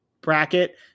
bracket